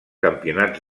campionats